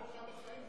לא ייתנו לך בחיים,